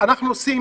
שאנחנו לא עושים.